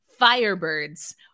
Firebirds